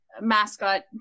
mascot